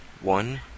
One